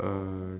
maybe